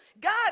God